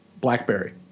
BlackBerry